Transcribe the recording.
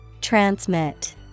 Transmit